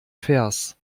vers